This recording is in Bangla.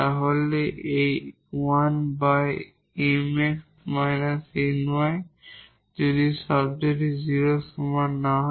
তাহলে এই 1𝑀𝑥 − 𝑁𝑦 যদি এই টার্মটি 0 এর সমান না হয়